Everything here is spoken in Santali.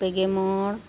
ᱯᱮᱜᱮ ᱢᱚᱬ